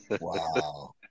Wow